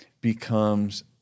becomes